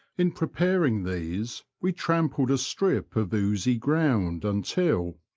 in preparing these we trampled a strip of oozy ground until,